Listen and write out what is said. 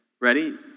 Ready